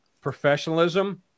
professionalism